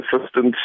assistance